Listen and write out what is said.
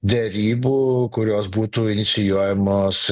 derybų kurios būtų inicijuojamos